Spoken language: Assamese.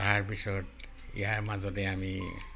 তাৰপিছত ইয়াৰ মাজতে আমি